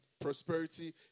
prosperity